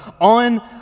On